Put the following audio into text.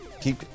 Keep